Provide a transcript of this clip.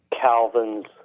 Calvin's